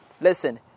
listen